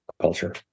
culture